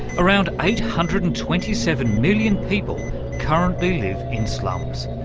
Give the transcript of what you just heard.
around eight hundred and twenty seven million people currently live in slums.